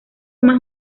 más